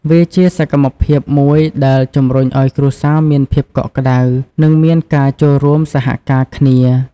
វាជាសកម្មភាពមួយដែលជំរុញឱ្យគ្រួសារមានភាពកក់ក្តៅ និងមានការចូលរួមសហការគ្នា។